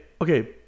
okay